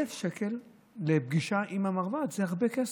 1,000 שקל לפגישה עם המרב"ד זה הרבה כסף.